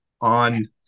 on